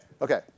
okay